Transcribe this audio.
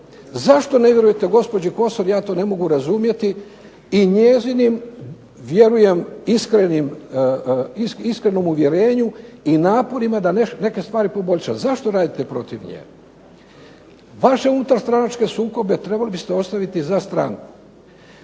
Zašto ne vjerujete gospođi Kosor ja to ne mogu razumjeti i njezinim vjerujem iskrenom uvjerenju i naporima da neke stvari poboljša, zašto radite protiv nje. Vaše unutar stranačke sukobe trebali biste ostaviti za stranku.